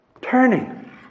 Turning